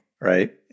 right